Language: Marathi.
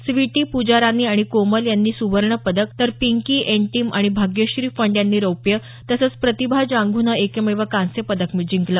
स्वीटी पूजा रानी आणि कोमल यांनी सुवर्ण पदक तर पिंकी एंटिम आणि भाग्यश्री फंड यांनी रौप्य तसंच प्रतिभा जांघूनं एकमेव कांस्य पदक जिंकलं